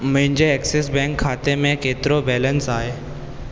मुंहिंजे Axis bank खाते में केतिरो बैलेंस आहे